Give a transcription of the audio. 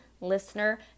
listener